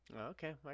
Okay